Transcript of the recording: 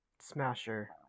Smasher